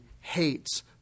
hates